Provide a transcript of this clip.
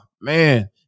man